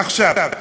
עכשיו,